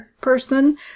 person